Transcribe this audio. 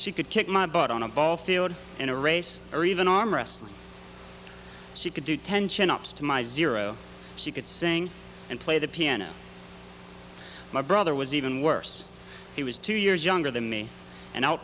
she could kick my butt on a ball field in a race or even arm wrestling she could do tension ups to my zero she could sing and play the piano my brother was even worse he was two years younger than me and